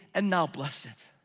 and now bless it.